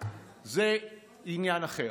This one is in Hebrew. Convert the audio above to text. זה עניין אחר.